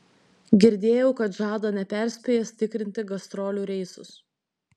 girdėjau kad žada neperspėjęs tikrinti gastrolių reisus